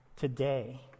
Today